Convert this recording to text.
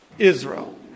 Israel